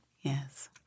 Yes